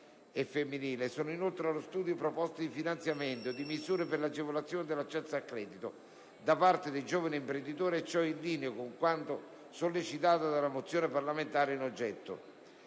e femminile sono inoltre allo studio proposte di finanziamento di misure per l'agevolazione dell'accesso al credito da parte dei giovani imprenditori e ciò in linea anche con quanto sollecitato nelle mozioni parlamentari in oggetto.